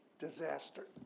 Disaster